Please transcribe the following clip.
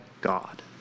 God